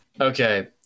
Okay